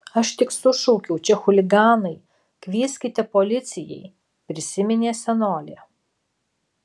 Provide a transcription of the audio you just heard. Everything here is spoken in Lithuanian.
aš tik sušaukiau čia chuliganai kvieskite policijai prisiminė senolė